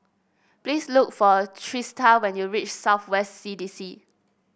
please look for Trista when you reach South West C D C